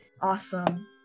Awesome